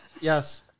Yes